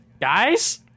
guys